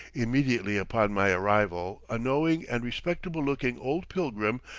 immediately upon my arrival a knowing and respectable-looking old pilgrim,